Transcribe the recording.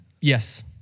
Yes